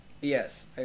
Yes